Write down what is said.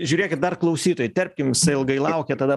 žiūrėkit dar klausytoją įterpkim jisai ilgai laukia tada